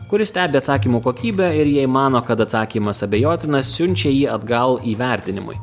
kuris stebi atsakymų kokybę ir jei mano kad atsakymas abejotinas siunčia jį atgal įvertinimui